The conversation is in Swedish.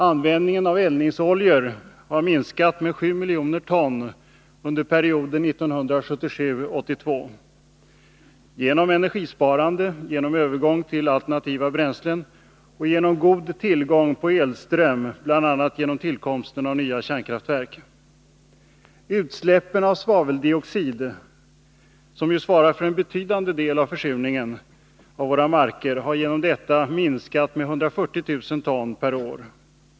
Användningen av eldningsoljor har minskat med 7 miljoner ton under perioden 1977-1982 genom energisparande, genom övergång till alternativa bränslen och genom god tillgång på elström, bl.a. på grund av tillkomsten av nya kärnkraftverk. Utsläppen av svaveldioxid, som ju svarar för en betydande del av försurningen av våra marker, har genom detta minskat med 140 000 ton per år.